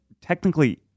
technically